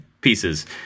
pieces